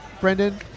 Brendan